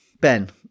Ben